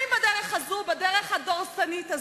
האם בדרך זו, בדרך דורסנית זו,